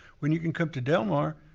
when you can come to del mar,